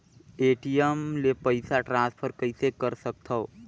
ATM ले पईसा transfer कइसे कर सकथव?